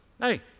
Hey